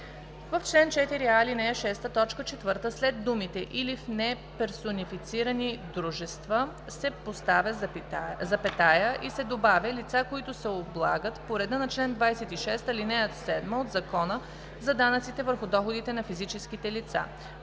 В чл. 4а, ал. 6, т. 4 след думите „или в неперсонифицирани дружества“ се поставя запетая и се добавя „лица, които се облагат по реда на чл. 26, ал. 7 от Закона за данъците върху доходите на физическите лица“.